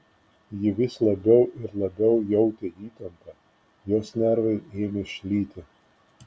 ji vis labiau ir labiau jautė įtampą jos nervai ėmė šlyti